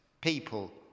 people